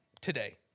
today